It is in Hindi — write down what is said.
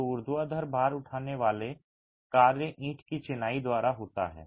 तो ऊर्ध्वाधर भार उठाने वाला कार्य ईंट की चिनाई द्वारा होता है